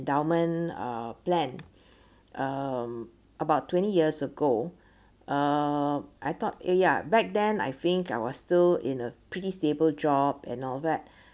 endowment uh plan um about twenty years ago uh I thought ya back then I think I was still in a pretty stable job and all that